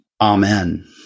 Amen